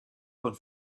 von